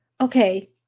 Okay